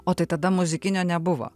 o tai tada muzikinio nebuvo